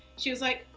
she was like,